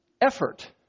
effort